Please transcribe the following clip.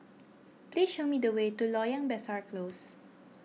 please show me the way to Loyang Besar Close